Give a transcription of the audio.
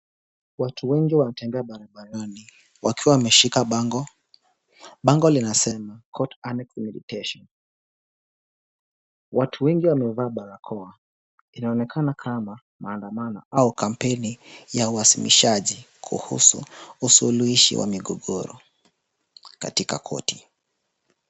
Watu wengi wanatembea barabarani wakiwa wameshika bango. Bango linasema; [ COURT ANNEXED MEDIATION]. Watu wengi wamevaa barakoa. Inaonekana kama maandamano au kampeni ya uhamasishaji kuhusu usuluhishi wa migigoro katika koti.